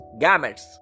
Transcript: gametes